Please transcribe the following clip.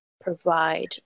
provide